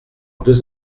deux